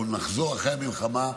אנחנו נחזור אחרי המלחמה,